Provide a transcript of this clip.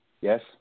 yes